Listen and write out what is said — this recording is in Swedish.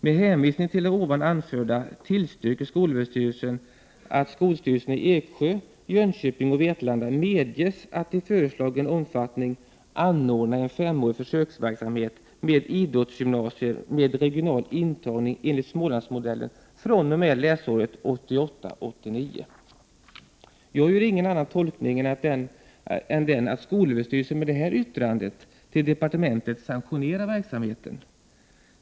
Med hänvisning till det ovan anförda tillstyrker SÖ att skolstyrelserna i Eksjö, Jönköping och Vetlanda medges att Jag gör ingen annan tolkning än den att skolöverstyrelsen med det här yttrandet till departementet sanktionerar verksamheten.